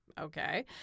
okay